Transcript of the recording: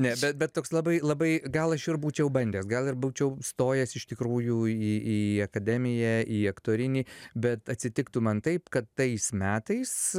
ne bet bet toks labai labai gal aš ir būčiau bandęs gal ir būčiau stojęs iš tikrųjų į į akademiją į aktorinį bet atsitik tu man taip kad tais metais